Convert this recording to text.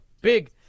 big